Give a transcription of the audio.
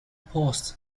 paused